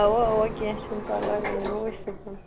اَوا اَوا کیٚنٛہہ چھُنہٕ پَرواے وۅنۍ یِمو أسۍ صُبحَن